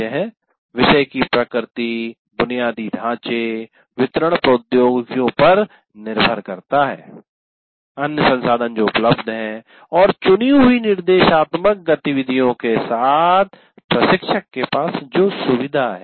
यह विषय की प्रकृति बुनियादी ढांचे वितरण प्रौद्योगिकियों पर निर्भर करता है अन्य संसाधन जो उपलब्ध हैं और चुनी हुई निर्देशात्मक गतिविधियों के साथ प्रशिक्षक के पास जो सुविधा है